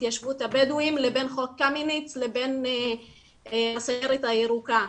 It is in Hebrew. התיישבות הבדואים לבין חוק קמיניץ לבין הסיירת הירוקה.